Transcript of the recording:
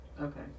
Okay